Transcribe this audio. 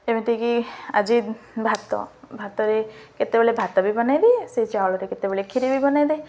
ଏମିତିକି ଆଜି ଭାତ ଭାତରେ କେତେବେଳେ ଭାତ ବି ବନାଇ ଦିଏ ସେଇ ଚାଉଳରେ କେତେବେଳେ କ୍ଷୀରି ବି ବନାଇ ଦିଏ